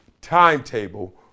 timetable